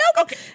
Okay